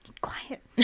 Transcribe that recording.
quiet